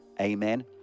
amen